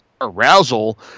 arousal